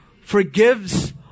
forgives